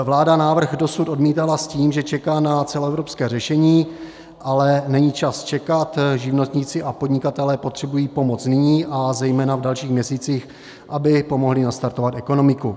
Vláda návrh dosud odmítala s tím, že čeká na celoevropské řešení, ale není čas čekat, živnostníci a podnikatelé potřebují pomoc nyní a zejména v dalších měsících, aby pomohli nastartovat ekonomiku.